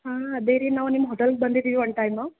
ಹಾಂ ಅದೇ ರೀ ನಾವು ನಿಮ್ಮ ಹೋಟೆಲ್ಗೆ ಬಂದಿದ್ವಿ ಒನ್ ಟೈಮು